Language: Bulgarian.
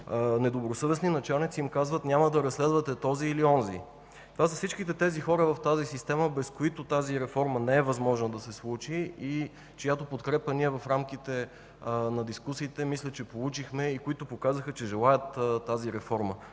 недобросъвестни началници им казват: „Няма да разследвате този или онзи”. Това са всичките тези хора в тази система, без които тази реформа не е възможно да се случи и чиято подкрепа ние в рамките на дискусиите мисля, че получихме и които показаха, че желаят тази реформа.